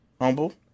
Humble